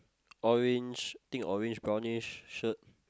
orange think orange brownish shirt